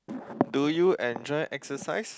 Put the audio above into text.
do you enjoy exercise